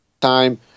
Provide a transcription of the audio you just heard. time